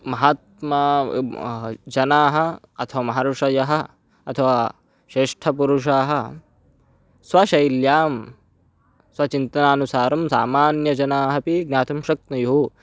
महात्मनः जनाः अथवा महर्षयः अथवा श्रेष्ठपुरुषाः स्वशैल्यां स्वचिन्तनानुसारं सामान्यजनाः अपि ज्ञातुं शक्नुयुः